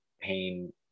pain